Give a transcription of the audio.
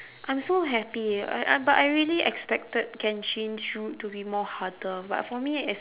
I'm so happy uh but I really expected can change route to be more harder but for me is